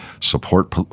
support